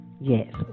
yes